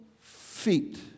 feet